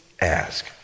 ask